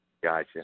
Gotcha